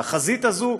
והחזית הזאת,